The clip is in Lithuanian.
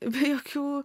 be jokių